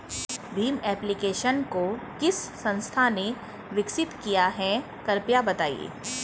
Bhim application को किस संस्था ने विकसित किया है कृपया बताइए?